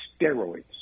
steroids